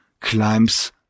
climbs